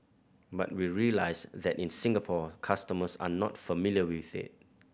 but we realise that in Singapore customers are not familiar with it